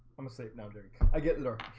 i'm asleep. no drink. i get and